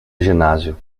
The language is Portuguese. ginásio